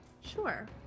Sure